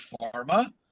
pharma